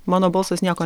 mano balsas nieko